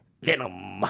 Venom